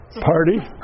party